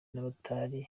n’abatari